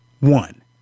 one